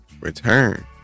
return